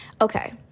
okay